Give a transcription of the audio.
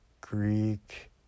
greek